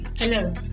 Hello